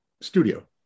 studio